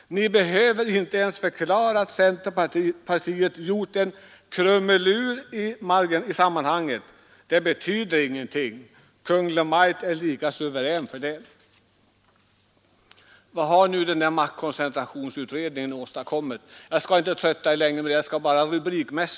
— Ni behöver inte ens förklara att centerpartiet gjort en krumelur i marginalen i sammanhanget. Det betyder ingenting — Kungl. Maj:t är lika suverän för det.” Vad har då koncentrationsutredningen åstadkommit? Jag skall bara räkna upp en rad rubriker.